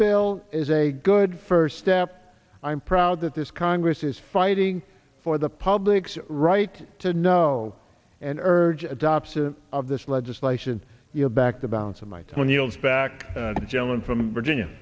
bill is a good first step i'm proud that this congress is fighting for the public's right to know and urge adoption of this legislation you know back the balance of my time when you hold back the gentleman from virginia